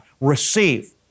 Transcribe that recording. Receive